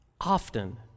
often